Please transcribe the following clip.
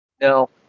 No